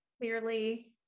Clearly